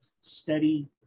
steady